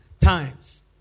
times